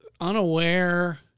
unaware